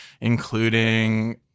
including